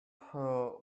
her